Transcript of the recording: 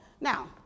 Now